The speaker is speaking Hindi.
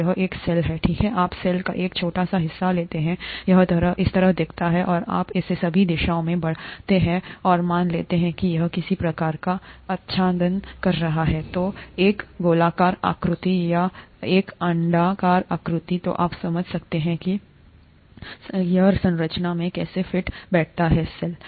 यह एक सेल है ठीक है आप सेल का एक छोटा सा हिस्सा लेते हैं यहतरह दिखता है इस और यदि आप इसे सभी दिशाओं में बढ़ाते हैं और मान लेते हैं कि यह किसी प्रकार का आच्छादन कर रहा है तो एक गोलाकार आकृति या एक अंडाकार आकृति तो आप समझ सकते हैं कि यहकी संरचना में कैसे फिट बैठता है सेल है ना